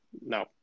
No